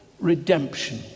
redemption